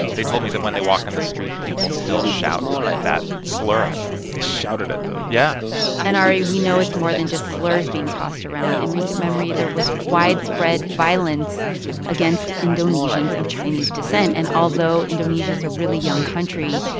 they told me that when they walk down the street, people still shout that slur at them they shout it at them? yeah and ari, we know it's more than just slurs being tossed around. in recent memory, there was widespread violence against indonesians of chinese descent. and although indonesia is a really young country,